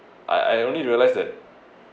I I only realise that